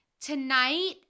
Tonight